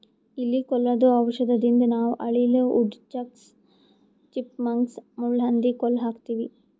ಇಲಿ ಕೊಲ್ಲದು ಔಷಧದಿಂದ ನಾವ್ ಅಳಿಲ, ವುಡ್ ಚಕ್ಸ್, ಚಿಪ್ ಮಂಕ್ಸ್, ಮುಳ್ಳಹಂದಿ ಕೊಲ್ಲ ಹಾಕ್ತಿವಿ